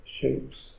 shapes